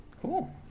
Cool